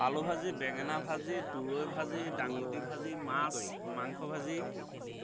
আলু ভাজি বেঙেনা ভাজি দূৰৈ ভাজি দাংবডী ভাজি মাছ মাংস ভাজি